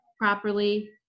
properly